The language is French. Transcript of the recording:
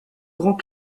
grand